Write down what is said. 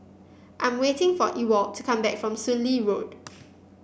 I'm waiting for Ewald to come back from Soon Lee Road